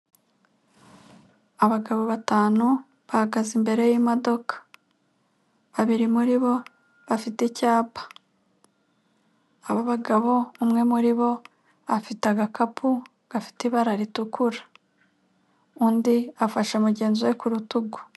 Abagabo batanu bahagaze imbere y'imodoka, babiri muri bo bafite icyapa, abo bagabo umwe muri bo afite agakapu gafite ibara ritukura, undi afashe mugenzi we ku rutugu.